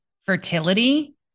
fertility